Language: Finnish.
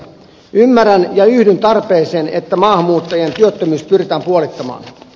ymmärrän ja yhdyn tarpeeseen että maahanmuuttajien työttömyys pyritään puolittamaan